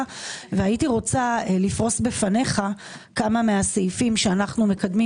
והייתי רוצה לפרוס בפניך כמה מהסעיפים שאנו מקדמים